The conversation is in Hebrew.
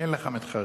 אין לך מתחרים.